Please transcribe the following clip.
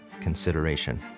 consideration